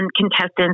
contestants